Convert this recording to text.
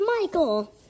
Michael